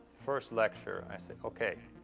first lecture, i said, okay.